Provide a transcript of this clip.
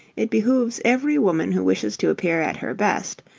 it behooves every woman who wishes to appear at her best,